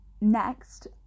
Next